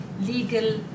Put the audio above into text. legal